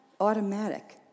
automatic